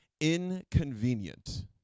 inconvenient